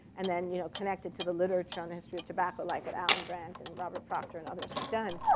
and then you know connected to the literature on the history of tobacco like what allen branch, and robert proctor, and others have done,